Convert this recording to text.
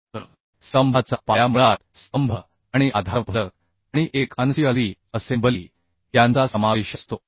तर स्तंभाचा पाया मुळात स्तंभ आणि आधारफलक आणि एक अनसिअलरी असेम्बली यांचा समावेश असतो